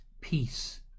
peace